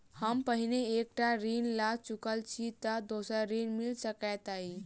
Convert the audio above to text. हम पहिने एक टा ऋण लअ चुकल छी तऽ दोसर ऋण मिल सकैत अई?